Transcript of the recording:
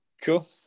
Cool